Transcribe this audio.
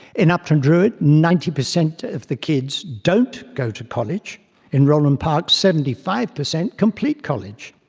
in upton druid, ninety per cent of the kids don't go to college in roland park, seventy five per cent complete college.